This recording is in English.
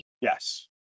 Yes